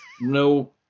no